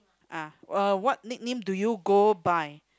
ah uh what nickname do you go by